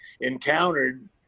encountered